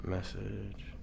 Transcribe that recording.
Message